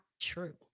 true